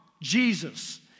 Jesus